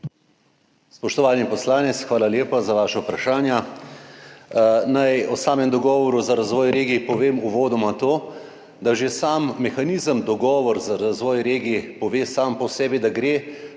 Spoštovani poslanec, hvala lepa za vaša vprašanja. Naj o samem Dogovoru za razvoj regij povem uvodoma to, da že sam mehanizem Dogovor za razvoj regij pove sam po sebi, da gre